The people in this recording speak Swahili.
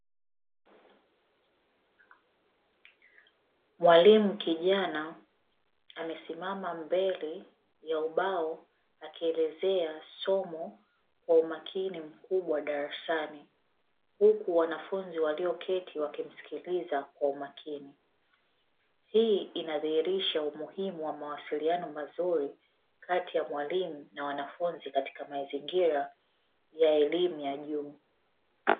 Mwalimu kijana, amesimama mbele ya ubao akielezea somo kwa umakini mkubwa darasani, huku wanafunzi walioketi wakimsikiliza kwa umakini. Hii inadhihirisha umuhimu wa mawasiliano mazuri, kati ya mwalimu na mwanafunzi katika mazingira ya elimu ya juu.